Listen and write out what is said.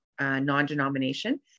non-denomination